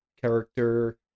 character